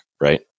right